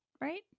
right